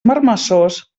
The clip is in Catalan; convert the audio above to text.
marmessors